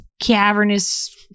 cavernous